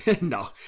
No